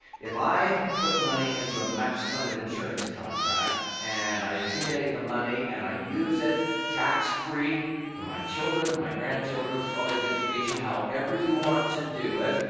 if i put money into a max-funded insurance contract and i accumulate the money and i use it tax-free for my children, my grandchildren's college education, however you want to do it.